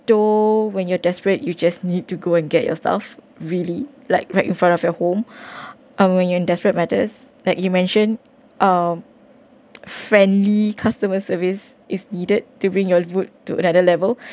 though when you're desperate you just need to go and get yourself really like right in front of your home um when you're in desperate matters tlike you mention a friendly customer service is needed bring your food to level